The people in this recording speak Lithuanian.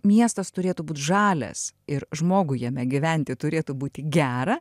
miestas turėtų būt žalias ir žmogui jame gyventi turėtų būti gera